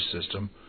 system